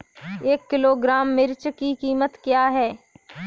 एक किलोग्राम मिर्च की कीमत क्या है?